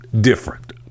different